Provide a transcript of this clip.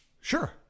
sure